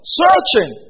searching